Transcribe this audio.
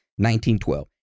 1912